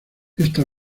esta